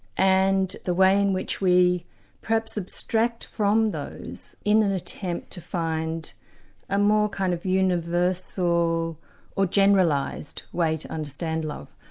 and the way in which we perhaps abstract from those, in an attempt to find a more kind of universal or generalised way to understand love,